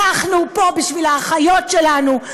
אנחנו פה בשביל האחיות שלנו,